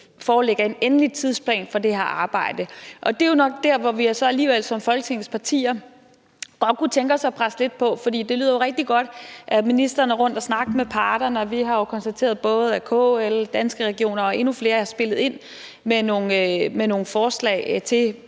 foreligger en endelig tidsplan for det her arbejde. Og det er jo nok der, hvor vi så alligevel som Folketingets partier godt kunne tænke os at presse lidt på. For det lyder jo rigtig godt, at ministeren er rundt at snakke med parterne, og vi har konstateret, at både KL, Danske Regioner og endnu flere har spillet ind med nogle forslag til